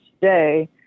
today